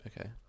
Okay